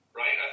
right